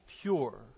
pure